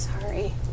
sorry